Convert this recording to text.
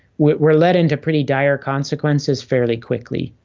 we're led into pretty dire consequences fairly quickly.